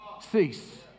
cease